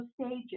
stages